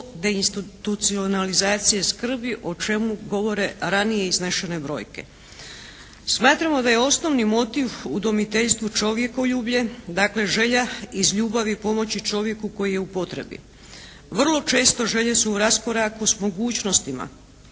deinstitucionalizacije skrbi o čemu govore ranije iznešene brojke. Smatramo da je osnovni motiv u udomiteljstvu čovjekoljublje, dakle želja iz ljubavi pomoći čovjeku koji je u potrebi. Vrlo često želje su u raskoraku s mogućnostima.